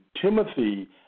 Timothy